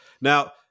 Now